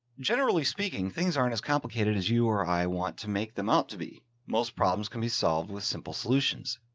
generally speaking, things aren't as complicated as you are. i want to make them out to be, most problems can be solved with simple solutions.